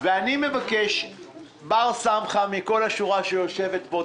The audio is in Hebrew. אני מבקש בר סמכא מכל שורת האנשים שיושבים פה,